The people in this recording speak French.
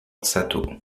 sato